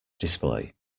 display